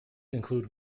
include